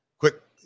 quick